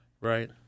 right